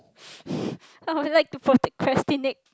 I would like to procrastinate